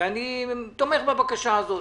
ואני תומך בבקשה הזאת.